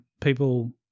people